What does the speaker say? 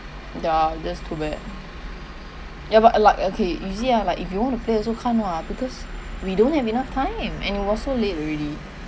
yeah just too bad ya but uh like okay you see ah like if you want to play also can't what because we don't have enough time and it was so late already